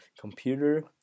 computer